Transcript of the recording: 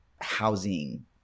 housing